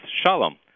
Shalom